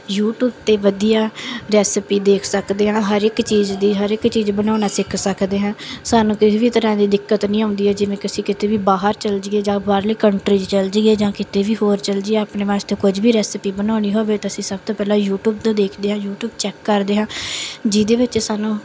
YouTube 'ਤੇ ਵਧੀਆ recipe ਦੇਖ ਸਕਦੇ ਹਾਂ ਹਰ ਇੱਕ ਚੀਜ਼ ਦੀ ਹਰ ਇੱਕ ਚੀਜ਼ ਬਣਾਉਣਾ ਸਿੱਖ ਸਕਦੇ ਹਾਂ ਸਾਨੂੰ ਕਿਸੇ ਵੀ ਤਰ੍ਹਾਂ ਦੀ ਦਿੱਕਤ ਨਹੀਂ ਆਉਂਦੀ ਹੈ ਜਿਵੇਂ ਕਿ ਅਸੀਂ ਕਿਤੇ ਵੀ ਬਾਹਰ ਚੱਲ ਜਾਈਏ ਜਾਂ ਬਾਹਰਲੇ ਕੰਟਰੀ 'ਚ ਚੱਲ ਜਾਈਏ ਜਾਂ ਕਿਤੇ ਵੀ ਹੋਰ ਚੱਲ ਜਾਈਏ ਆਪਣੇ ਵਾਸਤੇ ਕੁਝ ਵੀ ਰੈਸਪੀ ਬਣਾਉਣੀ ਹੋਵੇ ਤਾਂ ਅਸੀਂ ਸਭ ਤੋਂ ਪਹਿਲਾਂ ਯੂਟਿਊਬ ਤੋਂ ਦੇਖਦੇ ਹਾਂ ਯੂਟਿਊਬ ਚੈੱਕ ਕਰਦੇ ਹਾਂ ਜਿਹਦੇ ਵਿੱਚ ਸਾਨੂੰ